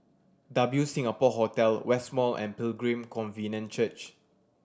W Singapore Hotel West Mall and Pilgrim Covenant Church